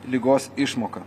ligos išmoką